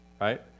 right